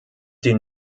den